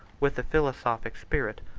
with a philosophic spirit,